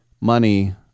money